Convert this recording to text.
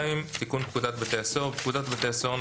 תיקון פקודת בתי הסוהר 1. בפקודת בתי הסוהר ,